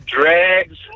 drags